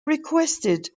requested